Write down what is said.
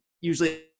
usually